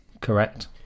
correct